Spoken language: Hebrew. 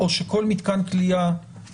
כרגע אין ממשק כזה.